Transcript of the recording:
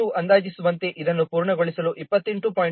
COCOMO II ಅಂದಾಜಿಸುವಂತೆ ಇದನ್ನು ಪೂರ್ಣಗೊಳಿಸಲು 28